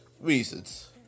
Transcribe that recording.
reasons